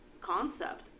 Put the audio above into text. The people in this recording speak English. concept